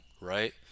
right